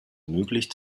möglich